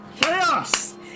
Chaos